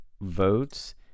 votes